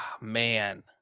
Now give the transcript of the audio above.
man